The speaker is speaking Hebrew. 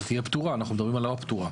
היא תהיה פטורה, אנחנו מדברים על --- כן,